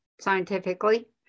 scientifically